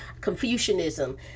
Confucianism